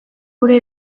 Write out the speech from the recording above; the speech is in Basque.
gure